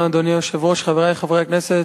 אדוני היושב-ראש, חברי חברי הכנסת,